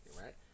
right